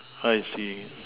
I see